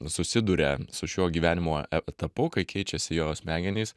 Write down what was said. susiduria su šiuo gyvenimo etapu kai keičiasi jo smegenys